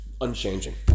unchanging